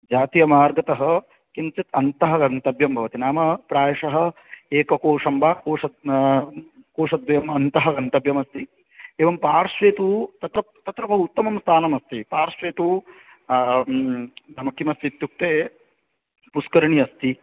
जातीयमार्गतः किञ्चित् अन्तः गन्तवयं भवति नाम प्रायशः एककोशं वा कोश कोशद्वयम् अन्तः गन्तव्यमस्ति एवं पार्श्वे तु तत्र तत्र बहु उत्तमं स्थानमस्ति पार्श्वे तु नाम किमस्ति इत्युक्ते पुष्करणी अस्ति